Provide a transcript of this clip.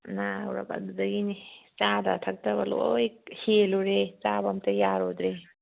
ꯅꯥꯔꯨꯔꯕ ꯑꯗꯨꯗꯒꯤꯅꯦ ꯆꯥꯗ ꯊꯛꯇꯕ ꯂꯣꯏ ꯍꯦꯜꯂꯨꯔꯦ ꯆꯥꯕ ꯑꯃꯠꯇ ꯌꯥꯔꯨꯗ꯭ꯔꯦ